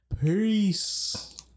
Peace